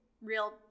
real